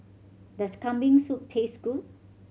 does Kambing Soup taste good